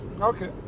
Okay